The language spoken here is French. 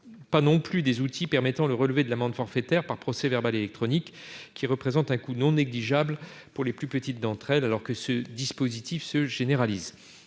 pas non plus des outils permettant le relevé de l'amende forfaitaire par procès-verbal électronique qui représentent un coût non négligeable pour les plus petites d'entre elles, alors que ce dispositif se généralise